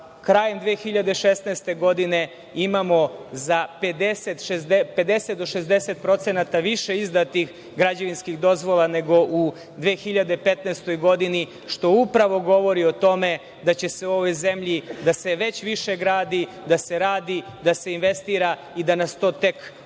krajem 2016. godine imamo za 50 do 60% više izdatih građevinskih dozvola, nego u 2015. godini, što upravo govori o tome da se u ovoj zemlji već više gradi, da se radi, da se investira i da nas to tek očekuje